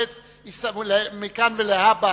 נתקבלה.